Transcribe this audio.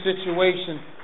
situation